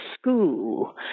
school